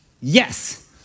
Yes